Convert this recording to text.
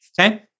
Okay